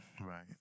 right